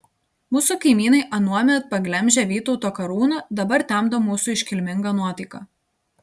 mūsų kaimynai anuomet paglemžę vytauto karūną dabar temdo mūsų iškilmingą nuotaiką